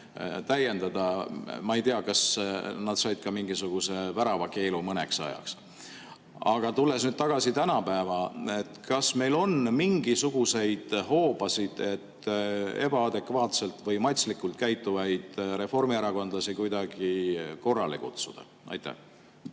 Ma ei tea, kas nad said ka mingisuguse väravakeelu mõneks ajaks. Aga tulles nüüd tagasi tänapäeva: kas meil on mingisuguseid hoobasid, et ebaadekvaatselt või matslikult käituvaid reformierakondlasi kuidagi korrale kutsuda? Aitäh,